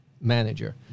manager